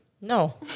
no